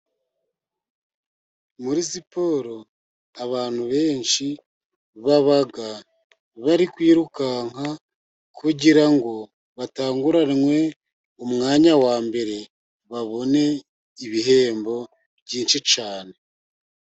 Muri siporo abantu benshi baba bari kwirukanka, kugira ngo batanguranwe umwanya wa mbere, babone ibihembo byinshi cyane.